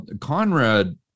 Conrad